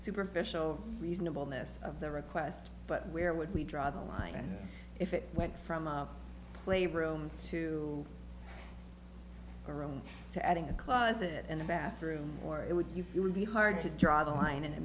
superficial reasonableness of the request but where would we draw the line if it went from a playroom to the room to adding a closet and a bathroom or it would you would be hard to draw the line and it